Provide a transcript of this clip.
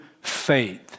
faith